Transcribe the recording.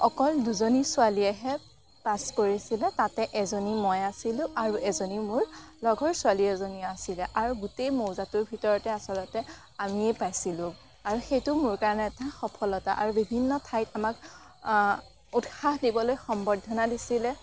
অকল দুজনী ছোৱালীয়েহে পাছ কৰিছিলে তাতে এজনী মই আছিলোঁ আৰু এজনী মোৰ লগৰ ছোৱালী এজনী আছিলে আৰু গোটেই মৌজাটোৰ ভিতৰতে আচলতে আমিয়েই পাইছিলোঁ আৰু সেইটো মোৰ কাৰণে এটা সফলতা আৰু বিভিন্ন ঠাইত আমাক উৎসাহ দিবলৈ সম্বৰ্দ্ধনা দিছিলে